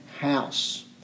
house